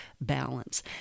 balance